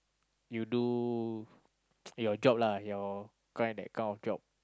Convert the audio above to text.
you do your job lah your cry that kind of job